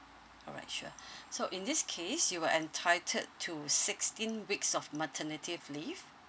alright sure so in this case you are entitled to sixteen weeks of maternity leave